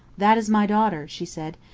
that is my daughter, she said.